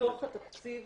מתוך התקציב